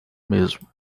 mesmo